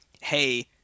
hey